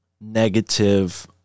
negative